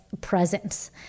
presence